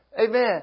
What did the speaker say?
Amen